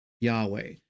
Yahweh